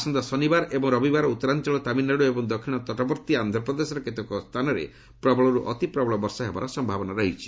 ଆସନ୍ତା ଶନିବାର ଏବଂ ରବିବାର ଉତ୍ତରାଞ୍ଚଳ ତାମିଲନାଡ଼ୁ ଏବଂ ଦକ୍ଷିଣ ତଟବର୍ତ୍ତୀ ଆନ୍ଧ୍ରପ୍ରଦେଶର କେତୋଟି ସ୍ଥାନରେ ପ୍ରବଳରୁ ଅତି ପ୍ରବଳ ବର୍ଷା ହେବାର ସମ୍ଭାବନା ରହିଛି